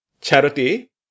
Charity